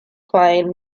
plain